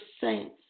saints